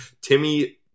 Timmy